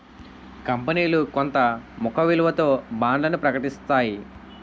కంపనీలు కొంత ముఖ విలువతో బాండ్లను ప్రకటిస్తాయి